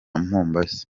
mombasa